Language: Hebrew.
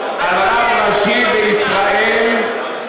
הרב הראשי לישראל,